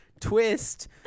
twist